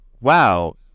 wow